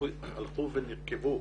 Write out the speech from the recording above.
הלכו ונרקבו,